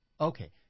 Okay